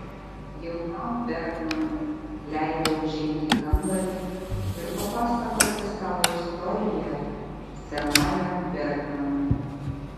jaunam bergmanui leidau užeiti į kambarį ir papasakoti savo istoriją senajam bergmanui